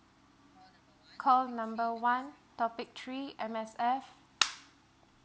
call number one topic three M_S_F